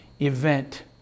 event